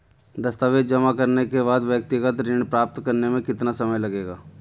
दस्तावेज़ जमा करने के बाद व्यक्तिगत ऋण प्राप्त करने में कितना समय लगेगा?